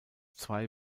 zwei